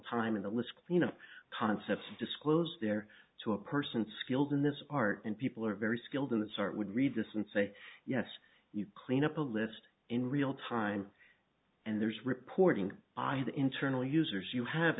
time in the list you know concepts disclosed there to a person skilled in this art and people are very skilled in the sort would read this and say yes you clean up a list in real time and there's reporting by the internal users you have